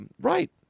Right